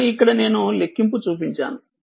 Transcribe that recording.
కానీ ఇక్కడ నేను లెక్కింపు చూపించాను